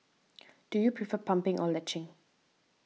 do you prefer pumping or latching